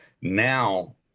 now